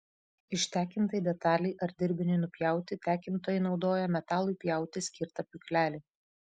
ištekintai detalei ar dirbiniui nupjauti tekintojai naudoja metalui pjauti skirtą pjūklelį